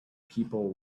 people